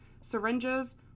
syringes